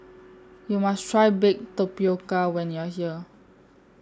YOU must Try Baked Tapioca when YOU Are here